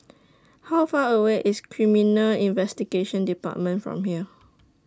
How Far away IS Criminal Investigation department from here